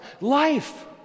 Life